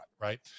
Right